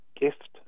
gift